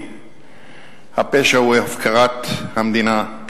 הפשע הוא הפקרת המדינה,